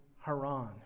Haran